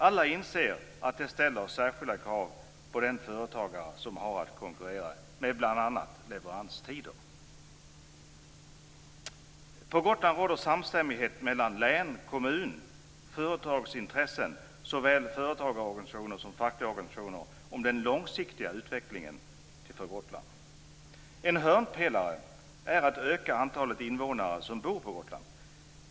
Alla inser att det ställer särskilda krav på den företagare som har att konkurrera med bl.a. leveranstider. På Gotland råder samstämmighet mellan län, kommun och företagsintressen - det gäller såväl företagarorganisationer som fackliga organisationer - En hörnpelare är att öka antalet invånare på Gotland.